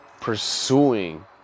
pursuing